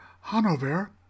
Hanover